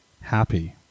happy